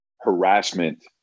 harassment